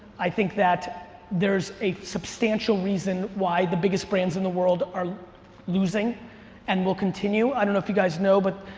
i think that there's a substantial reason why the biggest brands in the world are losing and will continue. i don't know if you guys know but